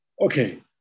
Okay